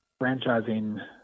franchising